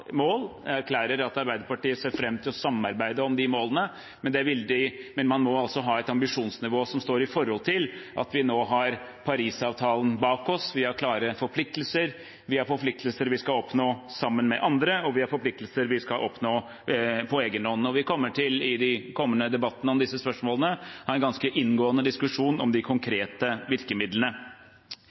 mål her, og jeg erklærer at Arbeiderpartiet ser fram til å samarbeide om de målene, men man må ha et ambisjonsnivå som står i forhold til at vi nå har Parisavtalen bak oss, vi har klare forpliktelser – vi har forpliktelser vi skal oppfylle sammen med andre, og vi har forpliktelser vi skal oppfylle på egen hånd – og i de kommende debattene om disse spørsmålene kommer vi til å ha en ganske inngående diskusjon om de konkrete virkemidlene.